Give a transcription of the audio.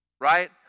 right